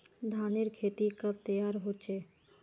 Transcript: धानेर खेती कब तैयार होचे?